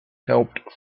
helped